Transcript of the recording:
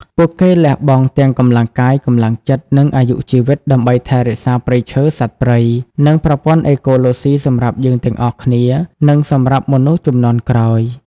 ពួកគេលះបង់ទាំងកម្លាំងកាយ កម្លាំងចិត្ត និងអាយុជីវិត ដើម្បីថែរក្សាព្រៃឈើ សត្វព្រៃ និងប្រព័ន្ធអេកូឡូស៊ីសម្រាប់យើងទាំងអស់គ្នា និងសម្រាប់មនុស្សជំនាន់ក្រោយ។